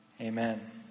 Amen